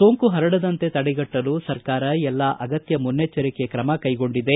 ಸೋಂಕು ಪರಡದಂತೆ ತಡೆಗಟ್ಟಲು ಸರ್ಕಾರ ಎಲ್ಲಾ ಅಗತ್ಯ ಮುನ್ನೆಚ್ಚರಿಕೆ ತ್ರಮ ಕೈಗೊಂಡಿದೆ